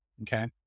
Okay